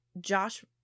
Josh